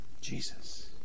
Jesus